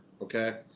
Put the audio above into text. okay